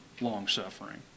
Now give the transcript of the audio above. long-suffering